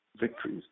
victories